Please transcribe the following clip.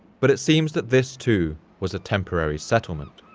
but it seems that this too was a temporary settlement.